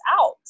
out